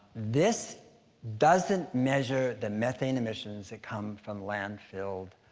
this doesn't measure the methane emissions that come from landfilled